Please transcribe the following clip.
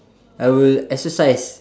I will exercise